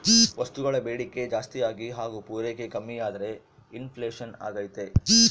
ವಸ್ತುಗಳ ಬೇಡಿಕೆ ಜಾಸ್ತಿಯಾಗಿ ಹಾಗು ಪೂರೈಕೆ ಕಮ್ಮಿಯಾದ್ರೆ ಇನ್ ಫ್ಲೇಷನ್ ಅಗ್ತೈತೆ